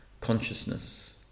consciousness